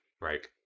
Right